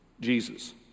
Jesus